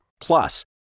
Plus